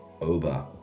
over